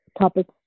topics